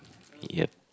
yeah